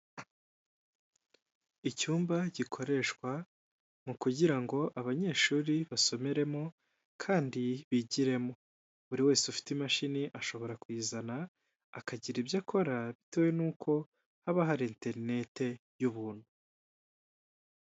Icyumba gikoreshwa mu kugira ngo abanyeshuri basomeremo kandi bigiremo, buri wese ufite imashini ashobora kuyizana akagira ibyo akora bitewe n'uko haba hari interinete y'ubuntu.